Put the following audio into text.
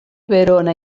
verona